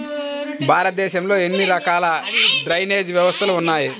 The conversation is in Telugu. భారతదేశంలో ఎన్ని రకాల డ్రైనేజ్ వ్యవస్థలు ఉన్నాయి?